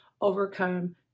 overcome